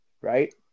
right